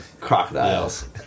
crocodiles